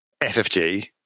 ffg